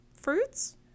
fruits